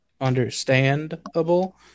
Understandable